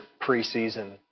preseason